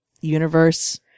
universe